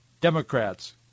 Democrats